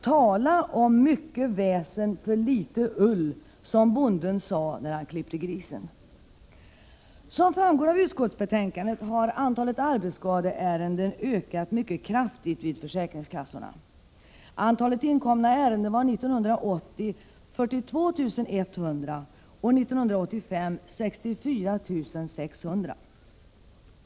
Tala om ”mycket väsen för litet ull”, som bonden sade när han klippte grisen. Som framgår av utskottsbetänkandet har antalet arbetsskadeärenden ökat mycket kraftigt vid försäkringskassorna. Antalet inkomna ärenden var 42 100 år 1980 och 64 600 år 1985.